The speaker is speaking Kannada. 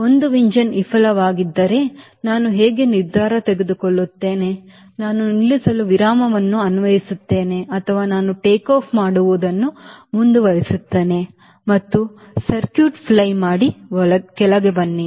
ಒಂದು ಎಂಜಿನ್ ವಿಫಲವಾದರೆ ನಾನು ಹೇಗೆ ನಿರ್ಧಾರ ತೆಗೆದುಕೊಳ್ಳುತ್ತೇನೆ ನಾನು ನಿಲ್ಲಿಸಲು ವಿರಾಮವನ್ನು ಅನ್ವಯಿಸುತ್ತೇನೆಯೇ ಅಥವಾ ನಾನು ಟೇಕ್ ಆಫ್ ಮಾಡುವುದನ್ನು ಮುಂದುವರಿಸುತ್ತೇನೆ ಮತ್ತು ಸರ್ಕ್ಯೂಟ್ ಫ್ಲೈ ಮಾಡಿ ಕೆಳಗೆ ಬನ್ನಿ